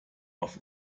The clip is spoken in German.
auf